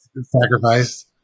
sacrifice